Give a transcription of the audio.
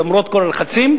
למרות כל הלחצים,